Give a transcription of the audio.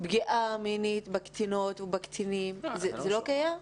פגיעה מינית בקטינות ובקטינים, זה לא קיים?